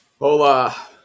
Hola